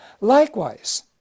Likewise